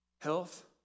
health